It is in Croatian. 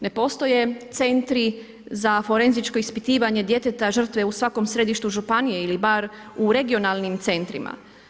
Ne postoje centri za forenzičko ispitivanje djeteta žrtve u svakom središtu županije ili bar u regionalnim centrima.